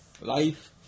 Life